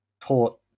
taught